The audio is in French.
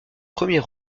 premier